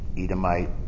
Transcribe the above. Edomite